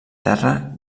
terra